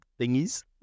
thingies